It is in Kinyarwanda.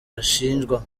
ashinjwa